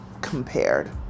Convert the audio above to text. compared